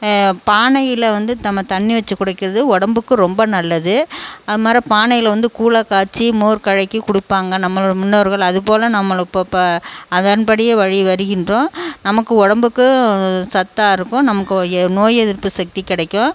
பானையில் வந்து தம்ம தண்ணி வெச்சு குடிக்கிறது உடம்புக்கு ரொம்ப நல்லது அதுமாரிப் பானையில் வந்து கூழை காய்ச்சி மோர் கழக்கி கொடுப்பாங்க நம்மளோட முன்னோர்கள் அதுபோல நம்மள இப்போ இப்போ அதன்படி வழி வருகின்றோம் நமக்கு உடம்புக்கும் சத்தாக இருக்கும் நமக்கு ஒய்யே நோய் எதிர்ப்பு சக்தி கிடைக்கும்